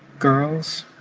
girls,